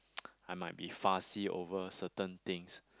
I might be fussy over certain things